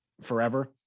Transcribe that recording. forever